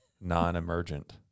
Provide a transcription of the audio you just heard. Non-emergent